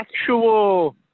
actual –